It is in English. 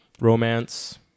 romance